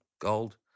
gold